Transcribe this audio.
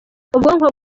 ubwonko